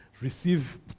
receive